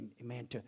Amen